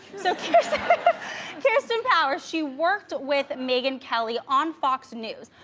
so kirsten kirsten powers, she worked with megyn kelly on fox news.